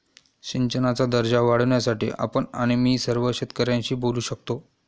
सिंचनाचा दर्जा वाढवण्यासाठी आपण आणि मी सर्व शेतकऱ्यांशी बोलू शकतो